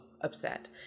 upset